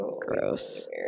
gross